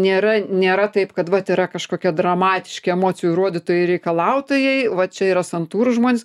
nėra nėra taip kad vat yra kažkokie dramatiški emocijų rodytojai reikalautojai va čia yra santūrūs žmonės